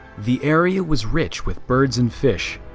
the area was rich with birds and fish,